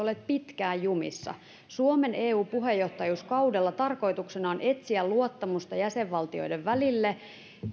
olleet pitkään jumissa suomen eu puheenjohtajuuskaudella tarkoituksena on etsiä luottamusta jäsenvaltioiden välille